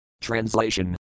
Translation